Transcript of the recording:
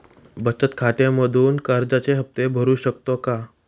बचत खात्यामधून कर्जाचे हफ्ते भरू शकतो का?